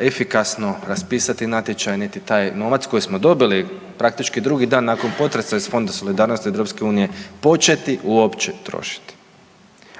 efikasno raspisati natječaj, niti taj novac koji smo dobili praktički drugi dan nakon potresa iz Fonda solidarnosti Europske unije početi uopće trošiti.